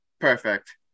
Perfect